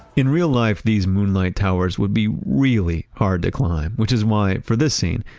in real life, these moonlight towers would be really hard to climb, which is why for this scene,